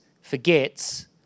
forgets